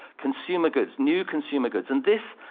consumer goods, new consumer goods. and this,